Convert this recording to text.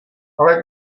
ale